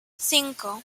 cinco